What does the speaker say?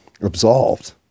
absolved